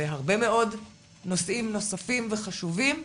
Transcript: ובהרבה מאוד נושאים נוספים וחשובים.